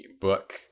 book